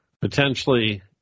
potentially